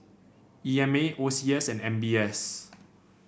E M A O C S and M B S